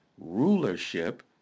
rulership